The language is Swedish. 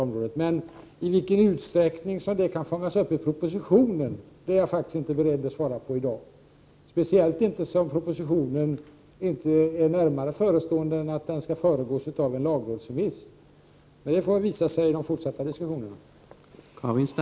Men i vilken utsträckning detta kan fångas upp i propositionen är jag faktiskt inte beredd att svara på i dag, speciellt inte som propositionen inte är närmare förestående än att den skall föregås av en lagrådsremiss. Det får visa sig i de fortsatta diskussionerna.